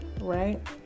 right